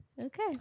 okay